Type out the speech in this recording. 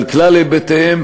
על כלל היבטיהם.